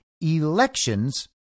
Elections